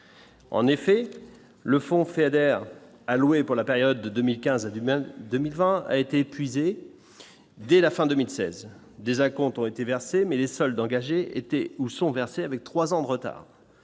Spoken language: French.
En effet, le fonds Feder alloués pour la période 2015, a du même 2020 a été épuisées dès la fin 2016 des acomptes ont été versées, mais les soldats engagés étaient ou sont versés avec 3 ans de retard